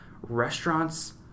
restaurants